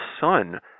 son